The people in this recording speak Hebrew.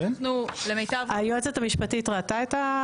היועצת המשפטית ראתה?